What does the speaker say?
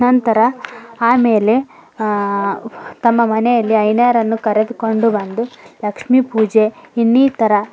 ನಂತರ ಆಮೇಲೆ ತಮ್ಮ ಮನೆಯಲ್ಲಿ ಐನ್ಯರನ್ನು ಕರೆದುಕೊಂಡು ಬಂದು ಲಕ್ಷ್ಮೀ ಪೂಜೆ ಇನ್ನಿತರ